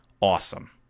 awesome